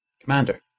Commander